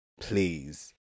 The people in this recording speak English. Please